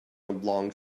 oblong